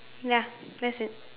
ya that's it